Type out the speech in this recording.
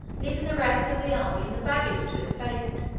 leaving the rest of the army and the baggage to its fate.